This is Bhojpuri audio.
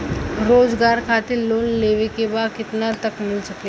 रोजगार खातिर लोन लेवेके बा कितना तक मिल सकेला?